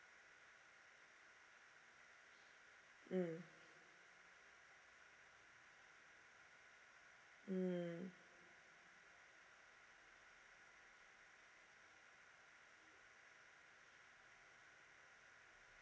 mm mm